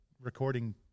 recording